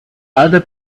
other